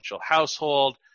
household